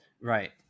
Right